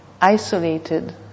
Isolated